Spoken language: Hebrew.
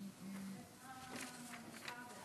סעיף 1